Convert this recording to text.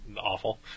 Awful